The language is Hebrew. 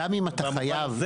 גם אם אתה חייב.